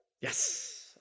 yes